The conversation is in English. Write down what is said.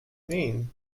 mean